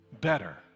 better